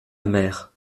mère